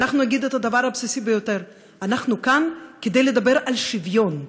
ואנחנו נגיד את הדבר הבסיסי ביותר: אנחנו כאן כדי לדבר על שוויון.